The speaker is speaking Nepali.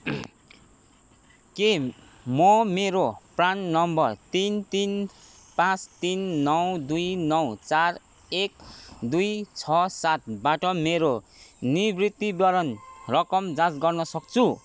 के म मेरो प्रान नम्बर तिन तिन पाँच तिन नौ दुई नौ चार एक दुई छ सात बाट मेरो निवृत्तिभरण रकम जाँच गर्न सक्छु